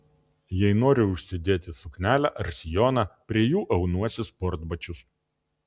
jei noriu užsidėti suknelę ar sijoną prie jų aunuosi sportbačius